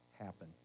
happen